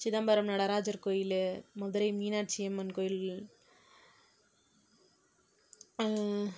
சிதம்பரம் நடராஜர் கோயில் மதுரை மீனாட்சியம்மன் கோயில்